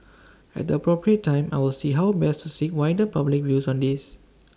at the appropriate time I will see how best to seek wider public views on this